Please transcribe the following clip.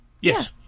yes